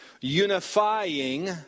unifying